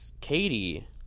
Katie